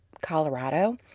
Colorado